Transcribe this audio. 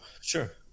sure